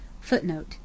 FOOTNOTE